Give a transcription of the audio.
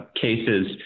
cases